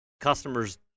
customers